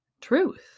Truth